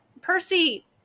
percy